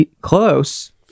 Close